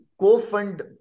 co-fund